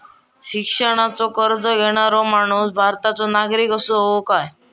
शिक्षणाचो कर्ज घेणारो माणूस भारताचो नागरिक असूक हवो काय?